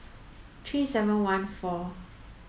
three seven one four